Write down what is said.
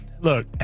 Look